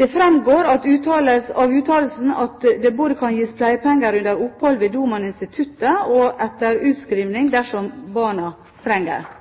Det framgår av uttalelsen at det både kan gis pleiepenger under opphold ved Doman-instituttet og etter utskrivning dersom barna trenger